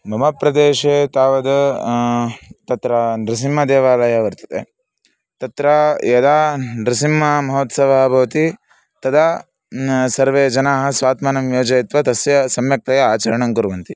मम प्रदेशे तावद् तत्र नृसिंहदेवालयः वर्तते तत्र यदा नृसिंहमहोत्सवः भवति तदा सर्वे जनाः स्वात्मानं योजयित्वा तस्य सम्यक्तया आचरणं कुर्वन्ति